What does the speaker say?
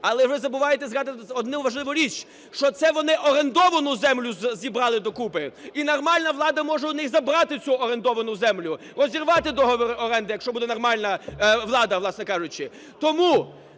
але ви забуваєте згадувати одну важливу річ, що це вони орендовану землю зібрали до купи, і нормальна влада може в них забрати цю орендовану землю, розірвати договір оренди, якщо буде нормальна влада, власне кажучи.